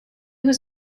was